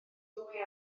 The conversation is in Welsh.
ddwy